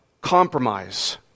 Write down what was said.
compromise